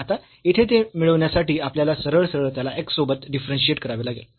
आता येथे ते मिळविण्यासाठी आपल्याला सरळसरळ त्याला x सोबत डिफरन्शियेट करावे लागेल